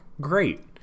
great